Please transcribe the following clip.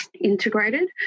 Integrated